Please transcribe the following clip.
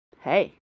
Hey